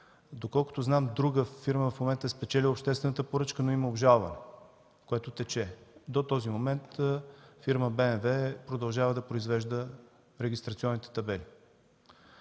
Доколкото знам, друга фирма е спечелила обществената поръчка, но има обжалване, което тече. До този момент фирма „БМВ” продължава да произвежда регистрационните табели.